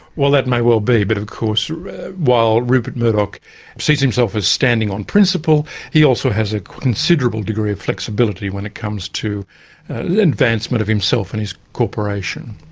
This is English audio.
well that may well be but of course while rupert murdoch sees himself as standing on principle he also has a considerable degree of flexibility when it comes to advancement of himself and his corporation.